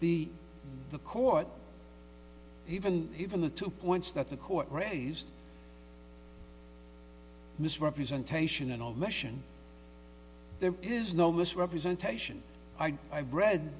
the the court even even the two points that the court raised misrepresentation and omission there is no misrepresentation i have read